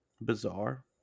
bizarre